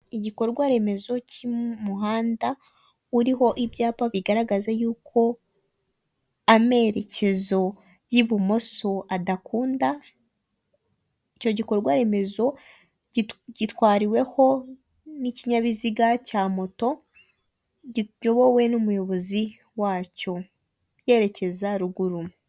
Umuhanda wa kaburimbo imbere yabo hari inzu igeretse ifite amarangi y'umweru ndetse na y'ubururu hasi yayo haparitse imodoka isa umweru.